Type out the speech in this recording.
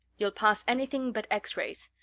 you'll pass anything but x-rays.